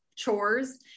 chores